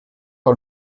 par